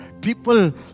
People